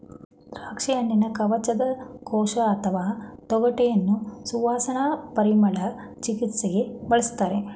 ದ್ರಾಕ್ಷಿಹಣ್ಣಿನ ಕವಚದ ಕೋಶ ಅಥವಾ ತೊಗಟೆಯನ್ನು ಸುವಾಸನಾ ಪರಿಮಳ ಚಿಕಿತ್ಸೆಗೆ ಬಳಸ್ತಾರೆ